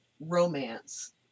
romance